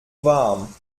warm